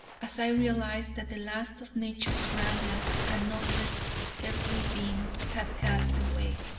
as i realized that the last of nature's grandest and noblest earthly beings had passed away.